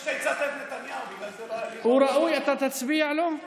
אתה תצביע לו?